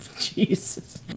Jesus